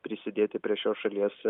prisidėti prie šios šalies